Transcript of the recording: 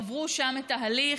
עברו שם את ההליך,